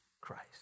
Christ